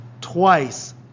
twice